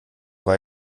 war